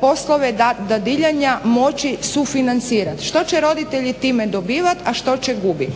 poslove dadiljanja moći sufinancirati? Što će roditelji time dobivati, a što će gubiti?